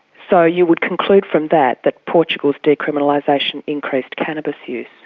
so you would conclude from that that portugal's decriminalisation increased cannabis use.